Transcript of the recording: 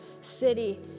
city